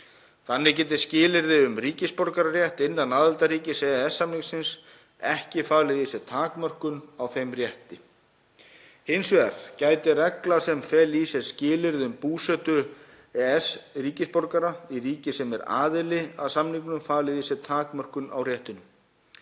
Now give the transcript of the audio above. Þannig geti skilyrði um ríkisborgararétt innan aðildarríkis EES-samningsins ekki falið í sér takmörkun á þeim rétti. Hins vegar geti regla sem feli í sér skilyrði um búsetu EES-ríkisborgara, í ríki sem er aðili að samningnum, falið í sér takmörkun á réttinum.